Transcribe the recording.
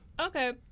Okay